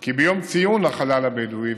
כי ביום ציון לחלל הבדואי,